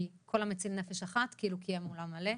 כי כל המציל נפש אחת כאילו קיים עולם מלא.